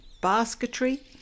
basketry